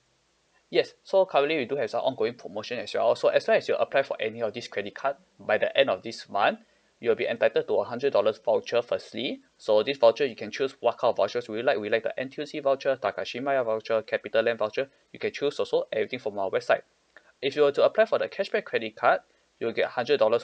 yes so currently we do have some ongoing promotion as well so as long as you apply for any of this credit card by the end of this month you'll be entitled to a hundred dollars voucher firstly so this voucher you can choose what kind of vouchers will you like will you like the N_T_U_C voucher Takashimaya voucher Capitaland voucher you can choose also everything from our website if you were to apply for the cashback credit card you'll get a hundred dollars